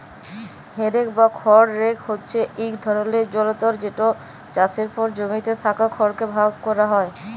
হে rake বা খড় rake হছে ইক ধরলের যলতর যেট চাষের পর জমিতে থ্যাকা খড়কে ভাগ ক্যরা হ্যয়